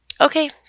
Okay